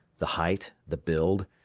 the height, the build,